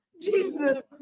Jesus